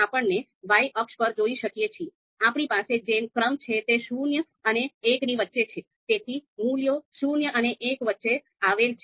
આપણે y અક્ષ પર જોઈ શકીએ છીએ આપણી પાસે જે ક્રમ છે તે શૂન્ય અને એકની વચ્ચે છે